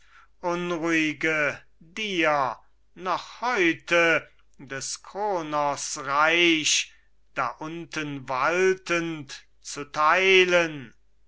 unruhige dir noch heute des kronos reich da unten waltend zu teilen